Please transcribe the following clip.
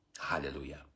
Hallelujah